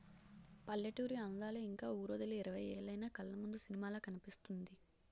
పల్లెటూరి అందాలు ఇంక వూరొదిలి ఇరవై ఏలైన కళ్లముందు సినిమాలా కనిపిస్తుంది